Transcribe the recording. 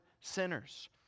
sinners